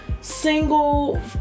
single